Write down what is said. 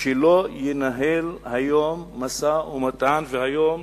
שלא ינהל היום משא-ומתן, והיום,